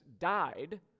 died